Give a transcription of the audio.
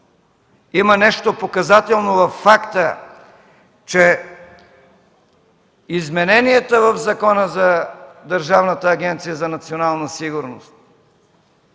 Има нещо показателно във факта, че измененията в Закона за Държавна агенция „Национална сигурност”